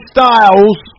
Styles